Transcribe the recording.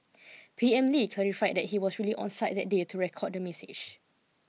P M Lee clarified that he was really on site that day to record the message